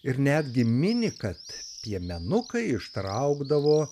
ir netgi mini kad piemenukai ištraukdavo